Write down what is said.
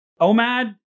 OMAD